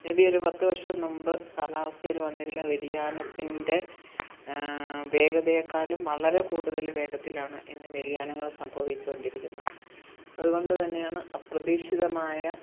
may be ഒരു പത്തു വർഷം മുൻപു കാലാവസ്ഥയിൽ വന്നിരുന്ന വ്യതിയാനത്തിൻ്റെ വേഗതയെക്കാളും വളരെ കൂടുതൽ വേഗത്തിലാണ് ഇന്നു വ്യതിയാനങ്ങൾ സംഭവിച്ചു കൊണ്ടിരിക്കുന്നത് അതുകൊണ്ടു തന്നെയാണ് അപ്രതീക്ഷിതമായ